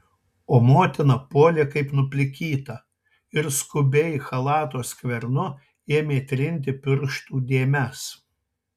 o motina puolė kaip nuplikyta ir skubiai chalato skvernu ėmė trinti pirštų dėmes